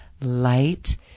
light